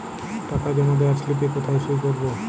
টাকা জমা দেওয়ার স্লিপে কোথায় সই করব?